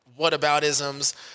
whataboutisms